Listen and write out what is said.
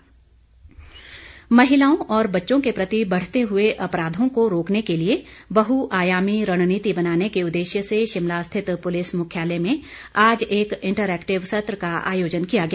police महिलाओं और बच्चों के प्रति बढ़ते हुए अपराधों को रोकने के लिए बहु आयामी रणनीति बनाने के उद्देश्य से शिमला स्थित पुलिस मुख्यालय में आज एक इंटरेक्टिव सत्र का आयोजन किया गया